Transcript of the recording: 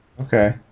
Okay